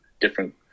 different